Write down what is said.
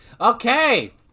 Okay